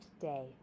day